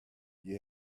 you